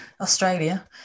Australia